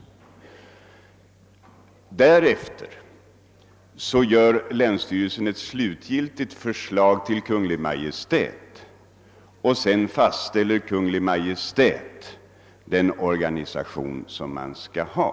Därefter lämnar länsstyrelsen Kungl. Maj:t ett slutgiltigt förslag och sedan fastställer Kungl, Maj:t den organisation man skall ha.